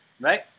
right